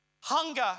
Hunger